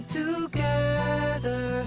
together